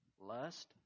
lust